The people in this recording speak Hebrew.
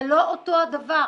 זה לא אותו דבר.